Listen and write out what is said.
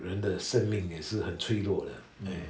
人的生命也是很脆弱的 eh